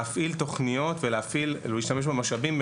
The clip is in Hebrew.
להפעיל תוכניות ולהשתמש במשאבים,